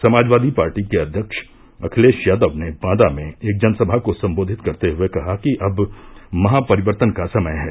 Samajwadi party के अध्यक्ष अखिलेष यादव ने बांदा में एक जनसभा को सम्बोधित करते हुये कहा कि अब महापरिवर्तन का समय है